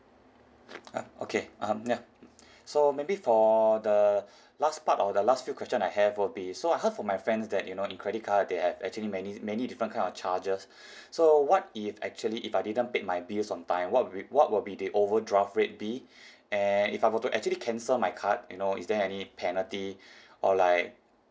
uh okay um ya so maybe for the last part or the last few question I have will be so I heard from my friends that you know in credit card they have actually many many different kind of charges so what if actually if I didn't paid my bills on time what will what will be the overdraft rate be and if I were to actually cancel my card you know is there any penalty or like